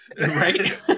Right